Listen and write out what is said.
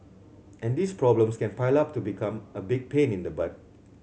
and these problems can pile up to become a big pain in the butt